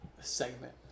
segment